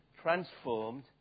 transformed